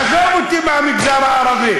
עזוב אותי מהמגזר הערבי.